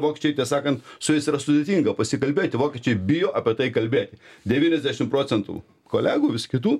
vokiečiai sakant su jais yra sudėtinga pasikalbėti vokiečiai bijo apie tai kalbėti devyniasdešimt procentų kolegų visų kitų